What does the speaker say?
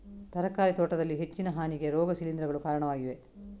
ತರಕಾರಿ ತೋಟದಲ್ಲಿ ಹೆಚ್ಚಿನ ಹಾನಿಗೆ ರೋಗ ಶಿಲೀಂಧ್ರಗಳು ಕಾರಣವಾಗಿವೆ